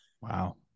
Wow